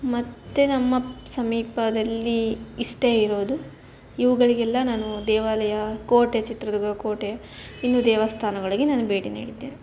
ಮತ್ತು ನಮ್ಮ ಸಮೀಪದಲ್ಲಿ ಇಷ್ಟೇ ಇರೋದು ಇವುಗಳಿಗೆಲ್ಲ ನಾನು ದೇವಾಲಯ ಕೋಟೆ ಚಿತ್ರದುರ್ಗದ ಕೋಟೆ ಇನ್ನು ದೇವಸ್ಥಾನಗಳಿಗೆ ನಾನು ಭೇಟಿ ನೀಡಿದ್ದೇನೆ